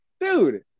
dude